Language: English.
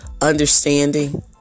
understanding